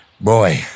Boy